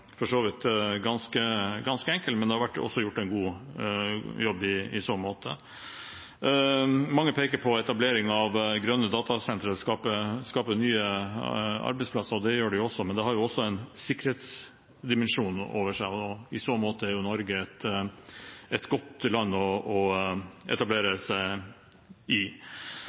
for så vidt ganske enkel, men det har også vært gjort en god jobb. Mange peker på at etablering av grønne datasentre skaper nye arbeidsplasser. Det gjør det også, men det har også en sikkerhetsdimensjon ved seg. I så måte er Norge et godt land å etablere seg i.